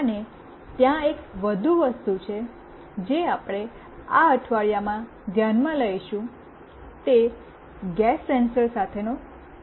અને ત્યાં એક વધુ વસ્તુ છે જે આપણે આ અઠવાડિયામાં ધ્યાનમાં લઈશું તે ગેસ સેન્સર સાથેનો પ્રયોગ છે